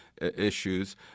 issues